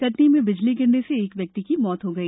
कटनी में बिजली गिरने से एक व्यक्ति की मृत्यु हो गई